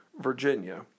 Virginia